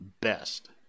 best